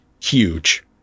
huge